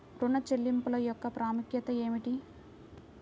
ఋణ చెల్లింపుల యొక్క ప్రాముఖ్యత ఏమిటీ?